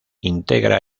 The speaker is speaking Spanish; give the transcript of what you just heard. integra